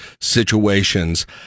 situations